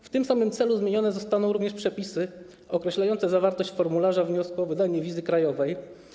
W tym samym celu zmienione zostaną również przepisy określające zawartość formularza wniosku o wydanie wizy krajowej.